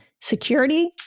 security